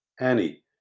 Annie